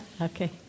Okay